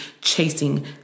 chasing